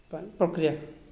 ପାଇଁ ପ୍ରକ୍ରିୟା